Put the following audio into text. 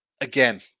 Again